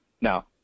now